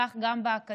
כך גם באקדמיה,